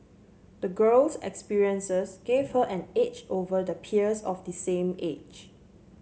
the girl's experiences gave her an edge over the peers of the same age